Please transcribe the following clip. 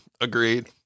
Agreed